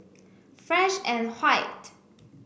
Fresh And White